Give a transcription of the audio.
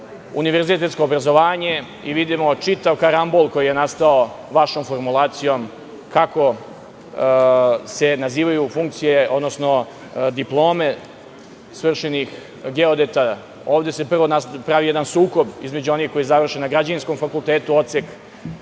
univerzitetsko obrazovanje. Vidimo čitav karambol koji je nastao vašom formulacijom kako se nazivaju funkcije, odnosno diplome svršenih geodeta. Ovde se prvo pravi jedan sukob između onih koji završe na Građevinskom fakultetu u